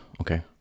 okay